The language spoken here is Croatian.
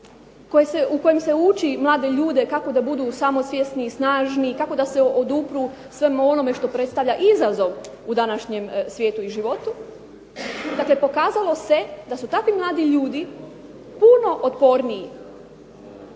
u kojem se uči mlade ljude kako da budu samosvjesni i snažni, kako da se odupru svemu onome što danas predstavlja izazov u današnjem svijetu i životu. Dakle, pokazalo se da su takvi mladi ljudi puno otporniji